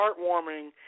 heartwarming